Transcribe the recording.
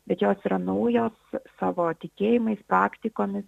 bet jos yra naujos savo tikėjimais praktikomis